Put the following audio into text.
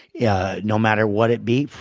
yeah no matter what it be,